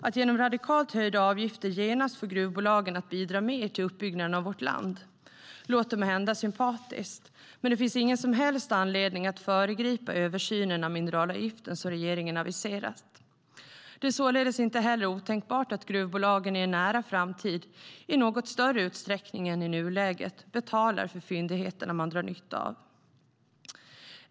Att genom radikalt höjda avgifter genast få gruvbolagen att bidra mer till uppbyggnaden av vårt land låter måhända sympatiskt, men det finns ingen som helst anledning att föregripa den översyn av mineralavgiften som regeringen har aviserat. Det är således inte heller otänkbart att gruvbolagen i en nära framtid i något större utsträckning än i nuläget betalar för de fyndigheter som man drar nytta av.